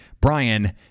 Brian